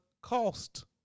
cost